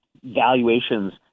valuations